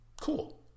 Cool